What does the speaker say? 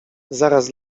zaraz